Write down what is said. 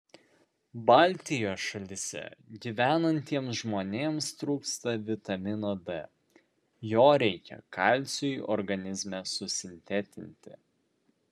baltijos šalyse gyvenantiems žmonėms trūksta vitamino d jo reikia kalciui organizme susintetinti